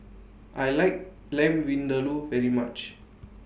I like Lamb Vindaloo very much